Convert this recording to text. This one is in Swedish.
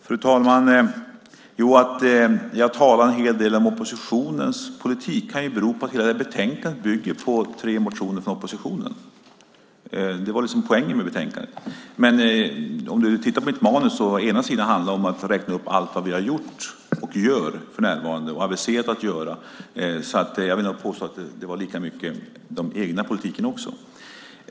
Fru talman! Att jag talade en hel del om oppositionens politik kan bero på att hela betänkandet bygger på tre motioner från oppositionen. Det var liksom poängen med betänkandet. Men om du tittar i mitt manus, Ulla Andersson, så handlar mycket om vad vi har gjort, gör och har aviserat att göra. Jag vill därför påstå att det handlade lika mycket om den egna politiken också.